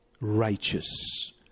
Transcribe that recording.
righteous